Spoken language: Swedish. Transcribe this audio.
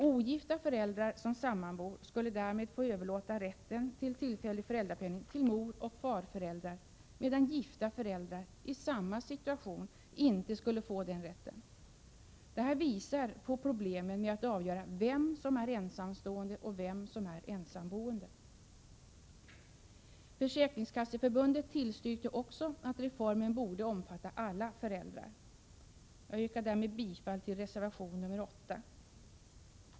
Ogifta föräldrar som sammanbor skulle därmed få överlåta rätten till tillfällig föräldrapenning till moroch farföräldrar, medan gifta föräldrar i samma situation inte skulle få den rätten. Detta visar problemen med att avgöra vem som är ensamstående och vem som är ensamboende. Försäkringskasseförbundet tillstyrkte också att reformen skulle omfatta alla föräldrar. Jag yrkar härmed bifall till reservation nr 8.